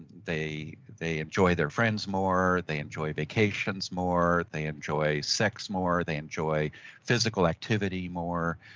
they they enjoy their friends more. they enjoy vacations more. they enjoy sex more. they enjoy physical activity more.